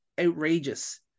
outrageous